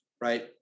right